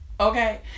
okay